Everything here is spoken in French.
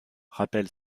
rappelle